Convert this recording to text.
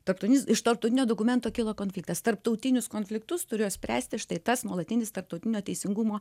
tarptautinis iš tarptautinio dokumento kilo konfliktas tarptautinius konfliktus turėjo spręsti štai tas nuolatinis tarptautinio teisingumo